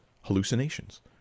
hallucinations